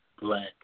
black